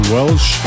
Welsh